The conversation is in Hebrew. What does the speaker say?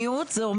משרד התחבורה,